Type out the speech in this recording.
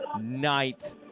ninth